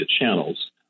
channels